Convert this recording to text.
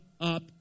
up